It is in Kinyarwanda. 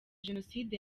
jenoside